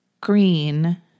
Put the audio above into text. green